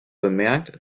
bemerkt